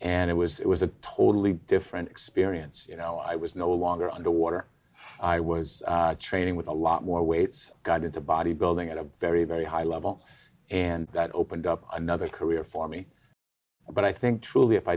and it was it was a totally different experience you know i was d no longer on the water d i was training with a lot more weights go added to body building at a very very high level and that opened up another career for me but i think truly if i